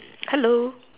hello